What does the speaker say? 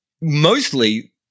mostly